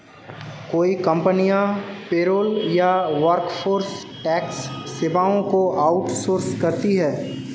कई कंपनियां पेरोल या वर्कफोर्स टैक्स सेवाओं को आउट सोर्स करती है